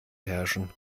herrschen